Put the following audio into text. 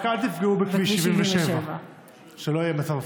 רק אל תפגעו בכביש 77. שלא יהיה מצב הפוך.